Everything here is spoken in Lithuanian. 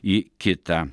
į kitą